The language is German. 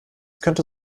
könnte